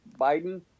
Biden